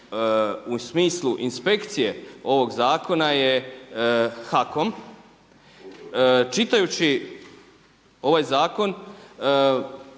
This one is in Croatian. u smislu inspekcije ovog zakona je HAKOM. Čitajući ovaj zakon